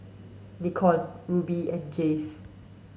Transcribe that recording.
Nikon Rubi and Jays